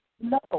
No